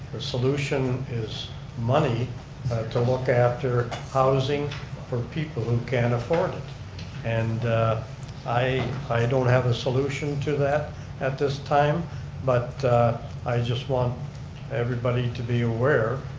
the solution is money to look after housing for people who can't afford it and i i don't have a solution to that at this time but i just want everybody to be aware,